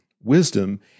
Wisdom